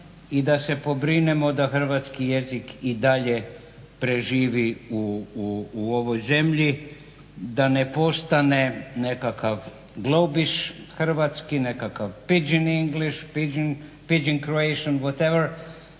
i da se pobrinemo da hrvatski jezik i dalje preživi u ovoj zemlji, da ne postane nekakav globish hrvatski, nekakav PG english, PG croatian, whatever,